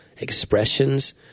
expressions